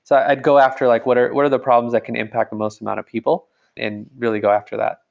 so i'd go after like what are what are the problems that can impact the most amount of people and really go after that.